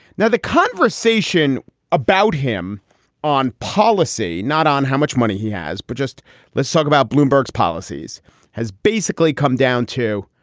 now, the conversation about him on policy, not on how much money he has, but just let's talk about bloomberg's policies has basically come down to.